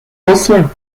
anciens